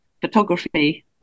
photography –